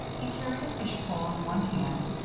he carried a fish-pole in one hand,